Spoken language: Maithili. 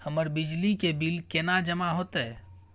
हमर बिजली के बिल केना जमा होते?